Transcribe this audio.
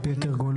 על פי התרגולת.